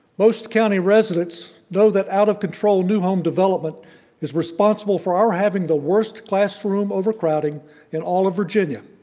most county residents know that out of control new home development is responsible for our having the worst classroom overcrowding in all of virginia.